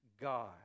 god